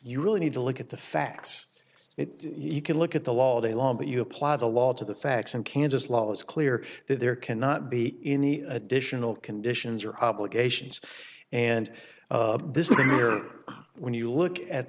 you really need to look at the facts if you can look at the law all day long but you apply the law to the facts and kansas law is clear that there cannot be any additional conditions or obligations and this is when you look at